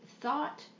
thought